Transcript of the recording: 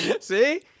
See